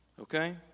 okay